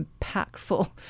impactful